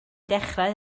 dechrau